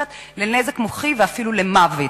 לנזק מוחי ואפילו למוות.